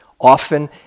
Often